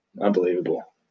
unbelievable